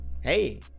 hey